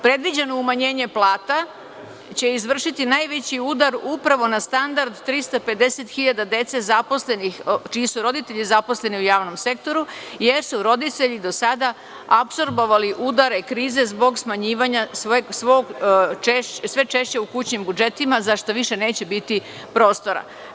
Predviđeno umanjenje plata će izvršiti najveći udar upravo na standard 350 hiljada dece čiji su roditelji zaposleni u javnom sektoru, jer su roditelji do sada apsorbovali udare krize zbog smanjivanje sve češće u kućnim budžetima za šta više neće biti prostora.